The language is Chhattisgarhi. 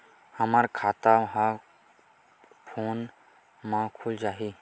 हमर खाता ह फोन मा खुल जाही?